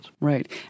Right